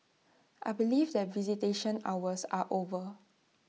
I believe that visitation hours are over